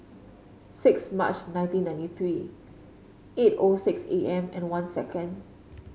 six March nineteen ninety three eight O six A M and one second